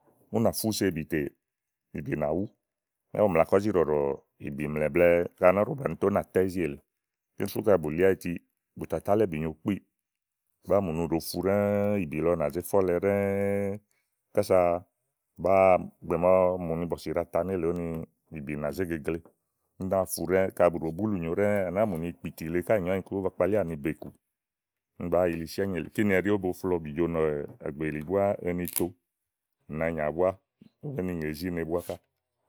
ú nà fu so íbí tè ìbì nà wú yá ù mla kó zi ɖɔ̀ɖɔ̀ ìbì mlà blɛ̀ɛ kaɖi á ná ɖɔ báni tè ú nà tá ízi èle kíni sú kaɖi bù li áyiti bùtò tálɔ ìbì nyo koíì, à nàáa za mù ni ù ɖòo fú ɖɛ́ɛ ìbì lɔ nà zé fe ɔlɛ ɖɛ́ɛ́ kása bàáa ìgbè màa ɔwɔ mù ni bɔ̀sì ɖàa ta nélèe kása ìbì ɖàa ta nélèe kása ìbì nà zé gegle ú náa fu ɖɛ́ɛ́ kaɖi bù ɖòo búlùnyo ɖɛ́ɛ nàáa mù ni ìkpìtì le ká nyòo ányiku ówó ba kpalíà ni békù úni bàáa yili si ányi èle kíni ɛɖi ówó bo flo ɔ̀bìjo nàgbèɖi búá eni to nàanyà búá ówó be ni ŋè izíne búá ká.